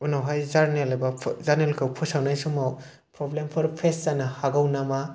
उनावहाय जार्नेल एबा फो जार्नेलखौ फोसावनाय समाव प्रब्लेमफोर फेस जानो हागौ नामा